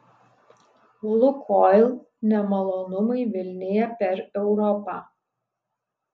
lukoil nemalonumai vilnija per europą